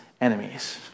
enemies